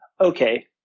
okay